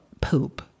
poop